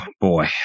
Boy